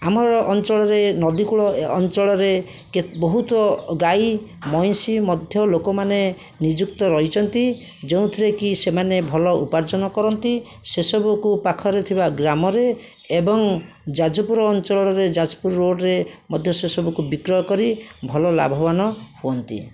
ଆମର ଅଞ୍ଚଳରେ ନଦୀକୂଳ ଅଞ୍ଚଳରେ ବହୁତ ଗାଈ ମଇଁଷି ମଧ୍ୟ ଲୋକମାନେ ନିଯୁକ୍ତ ରହିଛନ୍ତି ଯେଉଁଥିରେ କି ସେମାନେ ଭଲ ଉପାର୍ଜନ କରନ୍ତି ସେସବୁକୁ ପାଖରେ ଥିବା ଗ୍ରାମରେ ଏବଂ ଯାଜପୁର ଅଞ୍ଚଳରେ ଯାଜପୁର ରୋଡ଼ରେ ମଧ୍ୟ ସେସବୁକୁ ବିକ୍ରୟ କରି ଭଲ ଲାଭବାନ ହୁଅନ୍ତି